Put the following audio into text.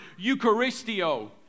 Eucharistio